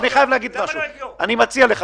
אני מציע לך,